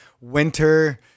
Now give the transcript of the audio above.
winter